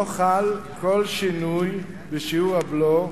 לא חל כל שינוי בשיעור הבלו,